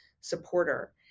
supporter